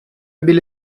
біля